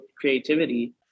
creativity